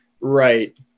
Right